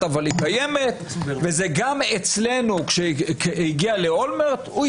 גם לא בשם אביגדור ליברמן וישראל ביתנו,